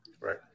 Right